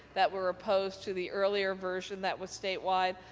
that we're opposed to the earlier version that was statewide,